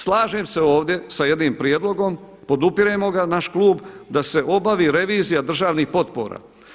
Slažem se ovdje sa jednim prijedlogom, podupiremo ga naš klub, da se obavi revizija državnih potpora.